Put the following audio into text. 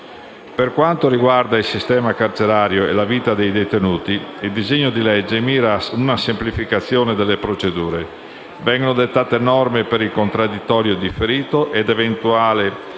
Per quanto riguarda il sistema carcerario e la vita dei detenuti, il disegno di legge mira ad una semplificazione delle procedure: vengono dettate norme per il contraddittorio differito ed eventuale